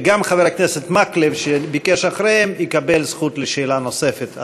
וגם חבר הכנסת מקלב שביקש אחריהם יקבל זכות לשאלה נוספת.